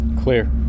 Clear